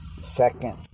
Second